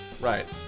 right